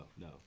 no